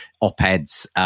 op-eds